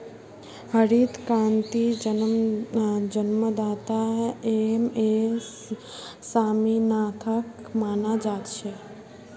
हरित क्रांतिर जन्मदाता एम.एस स्वामीनाथनक माना जा छे